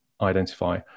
identify